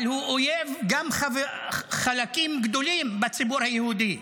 אבל הוא אויב גם של חלקים גדולים בציבור היהודי.